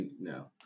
no